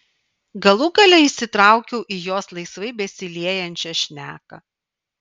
galų gale įsitraukiau į jos laisvai besiliejančią šneką